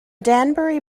danbury